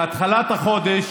בתחילת החודש